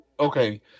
Okay